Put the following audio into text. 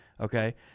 Okay